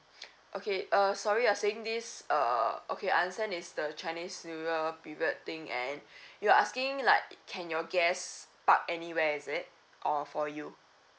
okay uh sorry uh saying this uh okay understand is the chinese new year period thing and you are asking like can your guest park anywhere is it or for you